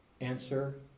Answer